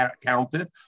counted